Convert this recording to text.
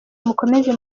mukomeze